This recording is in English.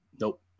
Nope